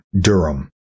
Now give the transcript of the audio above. Durham